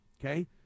okay